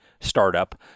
startup